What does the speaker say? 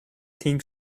think